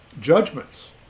judgments